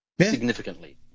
significantly